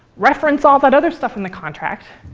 reference all that other stuff in the contract.